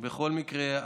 בכל מקרה,